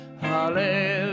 Hallelujah